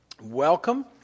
welcome